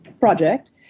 project